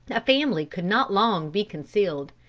a family could not long be concealed.